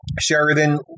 Sheridan